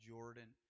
Jordan